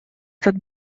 этот